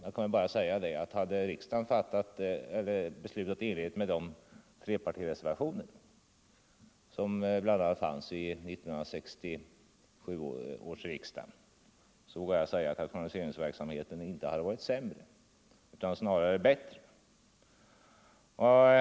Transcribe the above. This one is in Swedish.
Jag 181 vågar dock säga att rationaliseringsverksamheten, om riksdagen hade följt de trepartireservationer som förelåg vid 1967 års riksdags jordbrukspolitiska beslut, inte hade varit sämre utan snarare bättre.